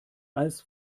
als